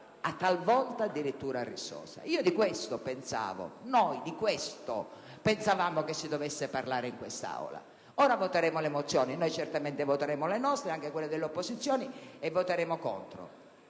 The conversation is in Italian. talvolta addirittura rissosa. Di questo pensavamo si dovesse parlare in quest'Aula. Ora voteremo le mozioni. Noi certamente voteremo le nostre e anche quelle delle opposizioni e voteremo contro